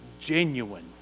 genuine